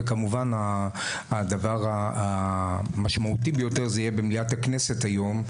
וכמובן הדבר המשמעותי ביותר יהיה במליאת הכנסת היום,